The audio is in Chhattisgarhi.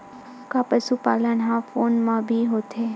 का पशुपालन ह फोन म भी होथे?